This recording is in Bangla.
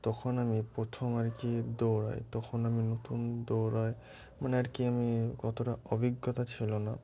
তখন আমি প্রথম আর কি দৌড়াই তখন আমি নতুন দৌড়াই মানে আর কি আমি অতটা অভিজ্ঞতা ছিল না